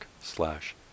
slash